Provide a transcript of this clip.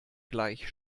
gleich